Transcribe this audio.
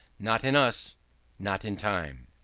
not in us not in time.